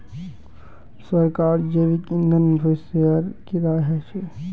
सरकारक जैविक ईंधन भविष्येर की राय छ